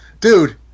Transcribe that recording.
Dude